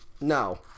No